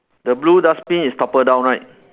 the blue dustbin is toppled down right